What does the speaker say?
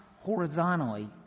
horizontally